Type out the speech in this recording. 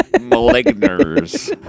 Maligners